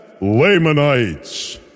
Lamanites